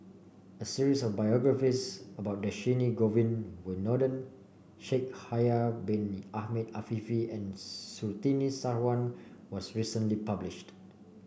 a series of biographies about Dhershini Govin Winodan Shaikh Yahya Bin Ahmed Afifi and Surtini Sarwan was recently published